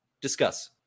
discuss